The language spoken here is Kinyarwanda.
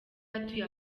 atuye